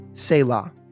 Selah